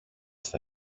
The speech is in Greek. στα